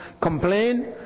complain